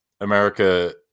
America